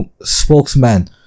spokesman